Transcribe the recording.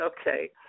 Okay